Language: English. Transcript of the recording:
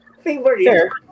Favorite